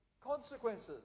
consequences